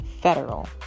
federal